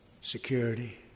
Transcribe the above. security